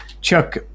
Chuck